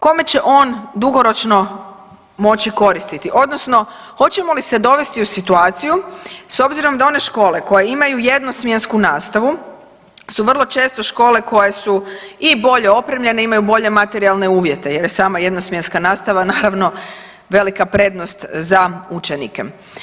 Kome će on dugoročno moći koristiti odnosno hoćemo li se dovesti u situaciju s obzirom da one škole koje imaju jednosmjensku nastavu su vrlo često škole koje su i bolje opremljene i imaju bolje materijalne uvjete jer je sama jednosmjenska nastava naravno velika prednost za učenike.